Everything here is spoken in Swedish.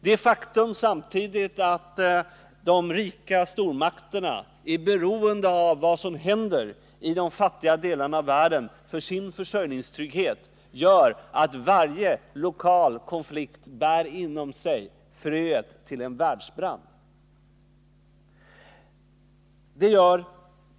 Det faktum att de rika stormakterna för sin försörjningstrygghet är beroende av vad som händer i de fattiga delarna av världen innebär samtidigt att varje lokalkonflikt bär inom sig fröet till en världsbrand.